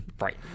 Right